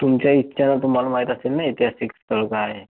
तुमच्या इच्छेनं तुम्हाला माहिती असेल ना ऐतिहासिक स्थळं काय आहे